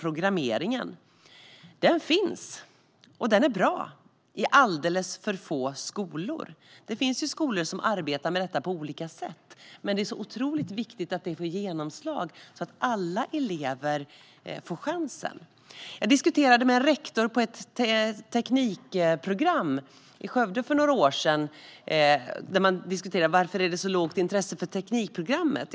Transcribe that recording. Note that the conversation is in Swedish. Programmering i skolan finns och är bra men i alldeles för få skolor. Det finns skolor som arbetar med detta på olika sätt, men det är otroligt viktigt att vi får genomslag så att alla elever får chansen. Jag diskuterade med en rektor på ett teknikprogram i Skövde för några år sedan varför det är så lågt intresse för teknikprogrammet.